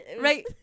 Right